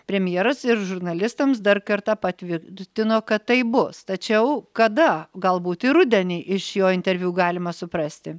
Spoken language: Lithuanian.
premjeras ir žurnalistams dar kartą patvirtino kad taip bus tačiau kada galbūt ir rudenį iš jo interviu galima suprasti